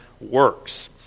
works